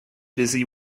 busy